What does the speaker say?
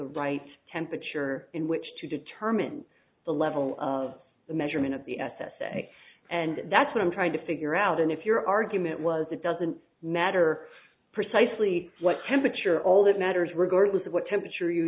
right temperature in which to determine the level of the measurement of the s s a and that's what i'm trying to figure out and if your argument was it doesn't matter precisely what temperature all that matters regardless of what temperature you